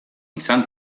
izan